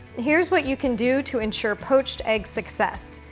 here's what you can do to ensure poached eggs success.